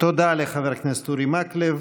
תודה לחבר הכנסת אורי מקלב.